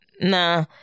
nah